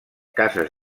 cases